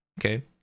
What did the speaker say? Okay